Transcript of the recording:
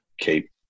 keep